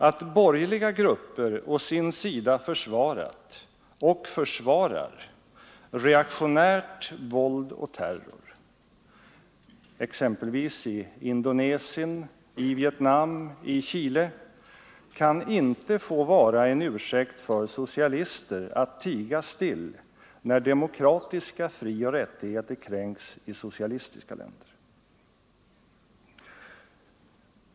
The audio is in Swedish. Att borgerliga grupper å sin sida försvarat och försvarar reaktionärt våld och terror — exempelvis i Indonesien, i Vietnam, i Chile — kan inte få vara en ursäkt för socialister att tiga still när demokratiska frioch rättigheter kränks i socialistiska länder.